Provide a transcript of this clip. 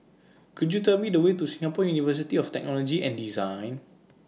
Could YOU Tell Me The Way to Singapore University of Technology and Design